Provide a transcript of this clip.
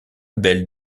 belle